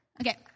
Okay